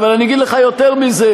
אבל אני אגיד לך יותר מזה,